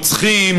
רוצחים,